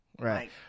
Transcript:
Right